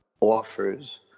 offers